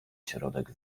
środek